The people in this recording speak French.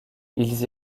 ils